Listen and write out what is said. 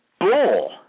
bull